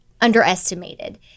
underestimated